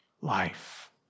life